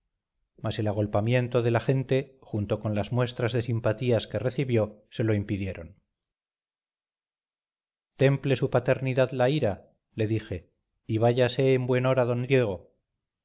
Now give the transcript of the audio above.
mas el agolpamiento de la gente junto con las muestras de simpatías que recibió se lo impidieron temple su paternidad la ira le dije y vayase en buen hora d diego